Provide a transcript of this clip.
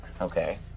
Okay